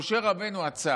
משה רבנו עצר.